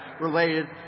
related